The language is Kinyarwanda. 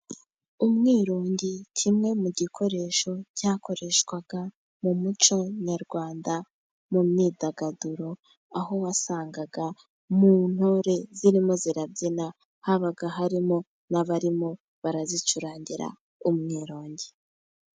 Umwirongi kimwe mu bikoresho byakoreshwaga mu muco nyarwanda, mu myidagaduro. Aho wasangaga mu ntore zirimo zirabyina, habaga harimo n'abarimo barazicurangira umwirongi.